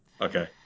Okay